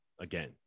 again